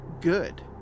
good